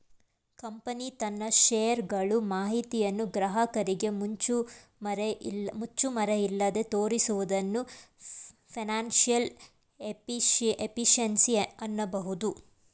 company ತನ್ನ share ಗಳು ಮಾಹಿತಿಯನ್ನು ಗ್ರಾಹಕರಿಗೆ ಮುಚ್ಚುಮರೆಯಿಲ್ಲದೆ ತೋರಿಸುವುದನ್ನು ಫೈನಾನ್ಸಿಯಲ್ ಎಫಿಷಿಯನ್ಸಿ ಅನ್ನಬಹುದು